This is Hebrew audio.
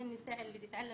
אנאלפביתיות.